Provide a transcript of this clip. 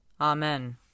Amen